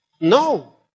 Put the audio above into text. No